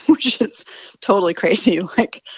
which is totally crazy. like,